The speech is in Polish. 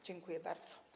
Dziękuję bardzo.